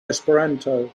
esperanto